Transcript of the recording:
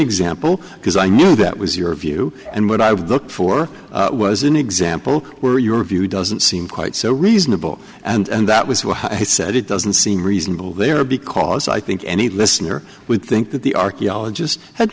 example because i knew that was your view and what i would look for was an example where your view doesn't seem quite so reasonable and that was what i said it doesn't seem reasonable there because i think any listener would think that the archaeologist had